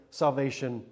salvation